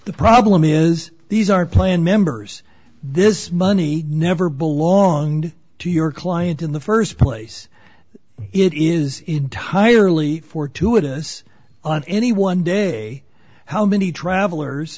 the problem is these are planned members this money never belonged to your client in the st place it is entirely fortuitous on any one day how many travelers